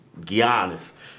Giannis